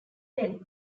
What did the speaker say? felix